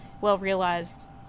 well-realized